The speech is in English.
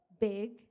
big